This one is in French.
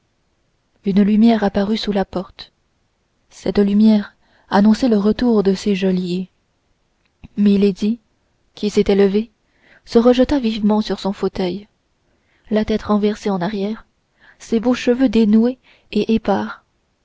une lumière apparut sous la porte cette lumière annonçait le retour de ses geôliers milady qui s'était levée se rejeta vivement sur son fauteuil la tête renversée en arrière ses beaux cheveux dénoués et épars